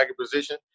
position